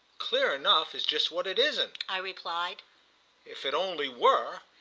clear enough is just what it isn't, i replied if it only were!